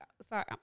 Sorry